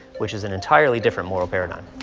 which is an entirely different moral paradigm.